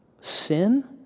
sin